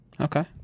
Okay